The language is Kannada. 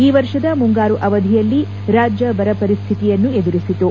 ಈ ವರ್ಷದ ಮುಂಗಾರು ಅವಧಿಯಲ್ಲಿ ರಾಜ್ಯ ಬರ ಪರಿಸ್ವಿತಿಯನ್ನು ಎದುರಿಸಿತು